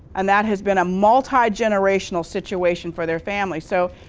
and that has been a multi-generational situation for their families. so,